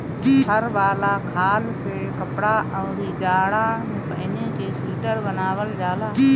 फर वाला खाल से कपड़ा, अउरी जाड़ा में पहिने के सुईटर बनावल जाला